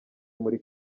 muri